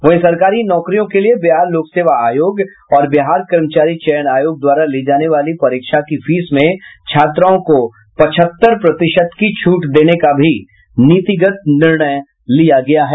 वहीं सरकारी नौकरियों के लिये बिहार लोक सेवा आयोग और बिहार कर्मचारी चयन आयोग द्वारा ली जाने वाली परीक्षा की फीस में छात्राओं को पहचत्तर प्रतिशत की छूट देने का भी नीतिगत निर्णय लिया गया है